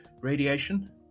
radiation